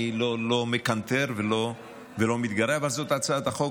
אני לא מקנטר ולא מתגרה, אבל זאת הצעת החוק.